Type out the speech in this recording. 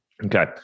Okay